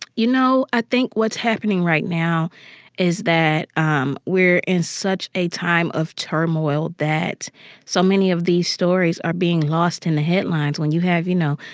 you know, i think what's happening right now is that um we're in such a time of turmoil that so many of these stories are being lost in the headlines. when you have, you know,